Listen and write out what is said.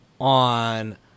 On